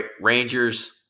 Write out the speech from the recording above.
Rangers